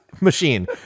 machine